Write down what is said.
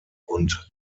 und